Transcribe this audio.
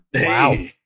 Wow